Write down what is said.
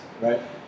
Right